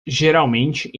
geralmente